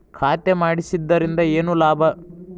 ಖಾತೆ ಮಾಡಿಸಿದ್ದರಿಂದ ಏನು ಲಾಭ?